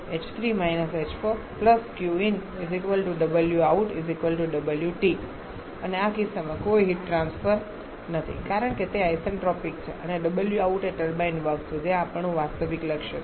અને આ કિસ્સામાં કોઈ હીટ ટ્રાન્સફર નથી કારણ કે તે આઇસેન્ટ્રોપિક છે અને wout એ ટર્બાઇન વર્ક છે જે આપણું વાસ્તવિક લક્ષ્ય છે